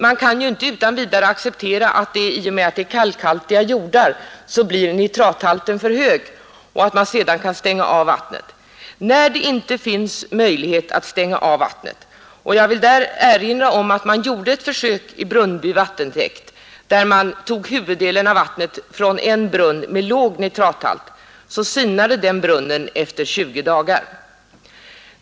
Man kan ju inte utan vidare acceptera att i och med att det är kalkhaltiga jordar så blir nitrathalten för hög och att vattnet kan stängas av. Här finns det inte öjlighet att stänga av vattnet. Jag vill erinra om att det gjordes ett försök vid Brunnby vattentäkt att ta huvuddelen av vattnet från en brunn med låg nitrathalt. Då sinade den brunnen efter 20 dagar.